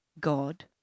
God